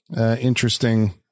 interesting